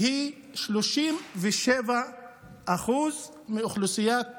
היא 37% מאוכלוסיית הנגב.